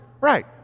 Right